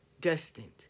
destined